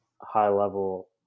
high-level